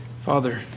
Father